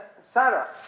Sarah